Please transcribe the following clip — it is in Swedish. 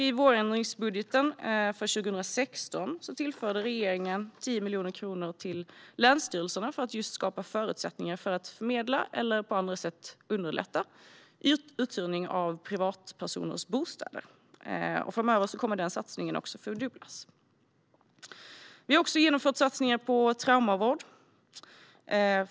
I vårändringsbudgeten för 2016 tillförde regeringen 10 miljoner kronor till länsstyrelserna för att just skapa förutsättningar att förmedla eller på andra sätt underlätta uthyrning av privatpersoners bostäder. Framöver kommer denna satsning att fördubblas. Vi har även gjort satsningar på traumavård.